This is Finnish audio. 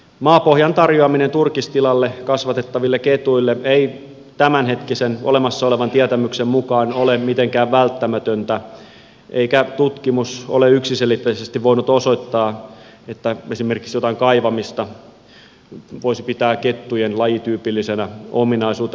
maapohjan tarjoaminen turkistilalla kasvatettaville ketuille ei tämänhetkisen olemassa olevan tietämyksen mukaan ole mitenkään välttämätöntä eikä tutkimus ole yksiselitteisesti voinut osoittaa että esimerkiksi jotain kaivamista voisi pitää kettujen lajityypillisenä ominaisuutena